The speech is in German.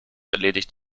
erledigt